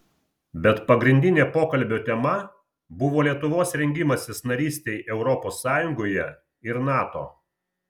bet pagrindinė pokalbio tema buvo lietuvos rengimasis narystei europos sąjungoje ir nato